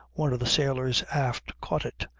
one of the sailors aft caught it,